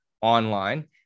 online